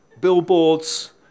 billboards